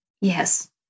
Yes